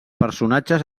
personatges